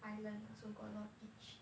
island ah so got a lot of beach